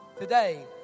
today